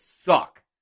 suck